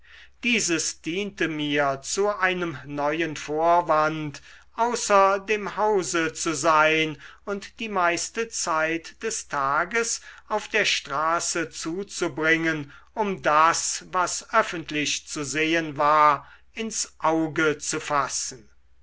dieses diente mir zu einem neuen vorwand außer dem hause zu sein und die meiste zeit des tages auf der straße zuzubringen um das was öffentlich zu sehen war ins auge zu fassen